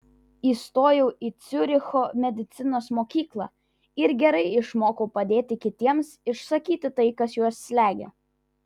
įstojau į ciuricho medicinos mokyklą ir gerai išmokau padėti kitiems išsakyti tai kas juos slegia